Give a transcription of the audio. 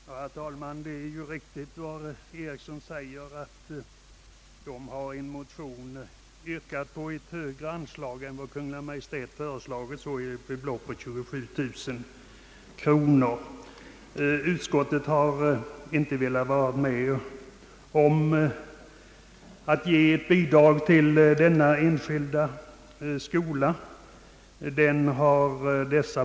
Herr talman! Det är riktigt, som herr Eriksson säger, att det i ett par motioner har yrkats på en förhöjning av anslaget med 27 000 kronor utöver vad Kungl. Maj:t föreslagit. Utskottet har dock inte velat vara med om att ge det av motionärerna begärda bidraget till den enskilda skogsskolan i Gammelkroppa.